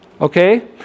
okay